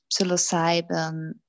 psilocybin